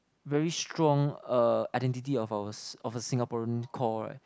very strong uh identity of our of a Singaporean core [right]